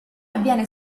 avviene